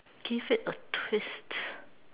give it a twist